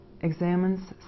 examines